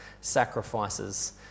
sacrifices